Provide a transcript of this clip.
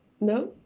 No